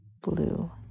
Blue